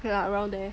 okay lah around there